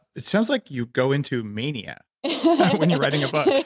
it sounds like you go into mania when you're writing a book.